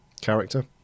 character